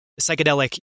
psychedelic